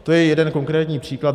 To je jeden konkrétní příklad.